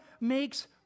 makes